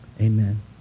Amen